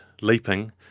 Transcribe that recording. leaping